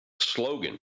slogan